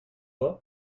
moi